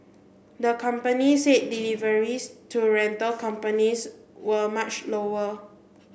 the company said deliveries to rental companies were much lower